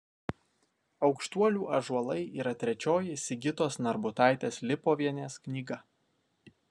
aukštuolių ąžuolai yra trečioji sigitos narbutaitės lipovienės knyga